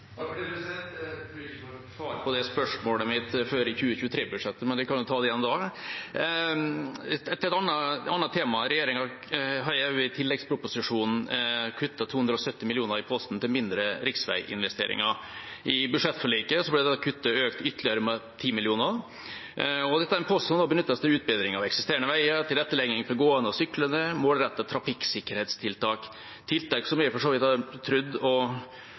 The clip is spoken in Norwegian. Jeg tror ikke jeg får svar på spørsmålet mitt før 2023-budsjettet, men jeg kan jo ta det igjen da. Et annet tema: Regjeringa har i tilleggsproposisjonen også kuttet 270 mill. kr i posten til mindre riksveiinvesteringer. I forbindelse med budsjettforliket ble det kuttet ytterligere med 10 mill. kr. Dette er en post som benyttes til utbedring av eksisterende veier, tilrettelegging for gående og syklende, målrettede trafikksikkerhetstiltak – tiltak jeg for så vidt har trodd og